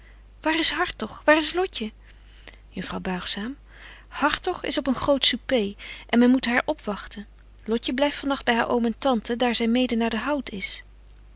waar is hartog waar is lotje juffrouw buigzaam hartog is op een groot soupé en men moet haar opwagten lotje blyft van nagt by haar oom en tante daar zy mede naar den hout is